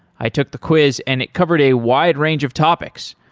i took the quiz and it covered a wide range of topics.